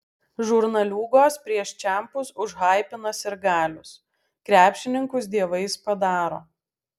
žurnaliūgos prieš čempus užhaipina sirgalius krepšininkus dievais padaro